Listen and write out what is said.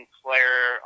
player